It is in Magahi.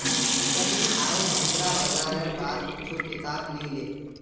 सन्नी आईज मुद्रा बाजारेर बार कुछू किताब ली ले